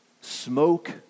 smoke